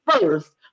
first